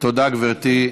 תודה, גברתי.